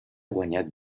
guanyat